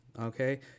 okay